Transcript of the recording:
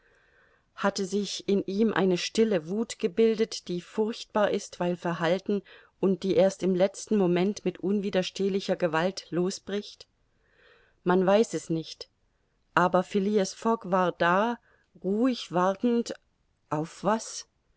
hatte sich in ihm eine stille wuth gebildet die furchtbar ist weil verhalten und die erst im letzten moment mit unwiderstehlicher gewalt losbricht man weiß es nicht aber phileas fogg war da ruhig wartend auf was